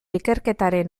ikerketaren